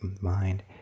mind